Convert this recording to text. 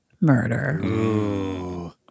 Murder